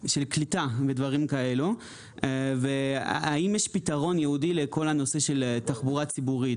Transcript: קליטה: האם יש פתרון ייעודי לכל הנושא של תחבורה ציבורית?